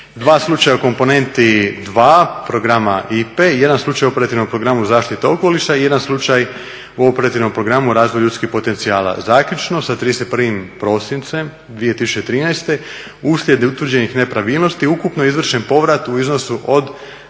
Dva slučaja u komponenti 2 programa IPA-e i jedan slučaj u operativnom Programu Zaštita okoliša i jedan slučaj u operativnom programu Razvoj ljudskih potencijala. Zaključno sa 31.prosincem 2013.uslijed utvrđenih nepravilnosti ukupno izvršen povrat u iznosu od